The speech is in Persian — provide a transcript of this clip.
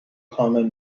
کامل